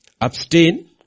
abstain